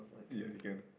you you can